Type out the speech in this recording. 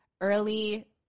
early